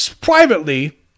privately